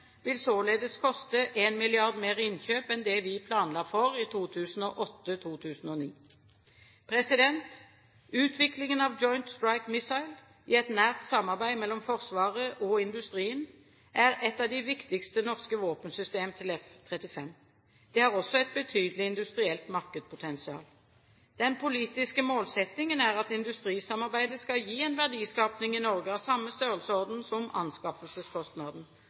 vil således koste 1 mrd. kr mer i innkjøp enn det vi planla for i 2008/2009. Utviklingen av Joint Strike Missile, i et nært samarbeid mellom Forsvaret og industrien, er et av de viktigste norske våpensystem til F-35. Det har også et betydelig industrielt markedspotensial. Den politiske målsettingen er at industrisamarbeidet skal gi en verdiskaping i Norge av samme størrelsesorden som anskaffelseskostnaden.